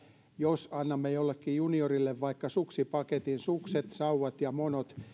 jos annamme jollekin juniorille vaikka suksipaketin sukset sauvat ja monot